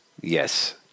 Yes